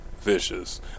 Vicious